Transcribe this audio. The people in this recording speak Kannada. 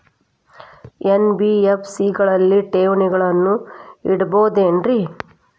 ಎನ್.ಬಿ.ಎಫ್.ಸಿ ಗಳಲ್ಲಿ ಠೇವಣಿಗಳನ್ನು ಇಡಬಹುದೇನ್ರಿ?